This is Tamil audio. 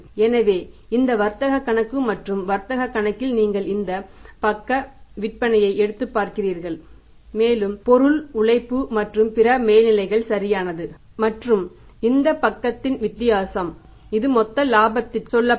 எனவே இது வர்த்தக கணக்கு மற்றும் வர்த்தக கணக்கில் நீங்கள் இந்த பக்க விற்பனையை எடுத்துக்கொள்கிறீர்கள் மேலும் பொருள் உழைப்பு மற்றும் பிற மேல்நிலைகள் சரியானது மற்றும் இந்த பக்கத்தின் வித்தியாசம் இது மொத்த இலாபத்திற்குச் சொல்லப்படும்